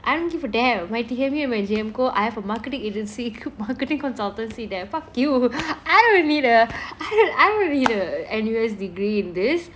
I don't give for damn my T_M_U and my G_M co~ I have a marketing agency c~ marketing consultancy there fuck you I don't need a I don't I don't really need the N_U_S degree in this